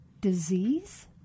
disease